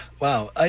Wow